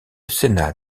sénat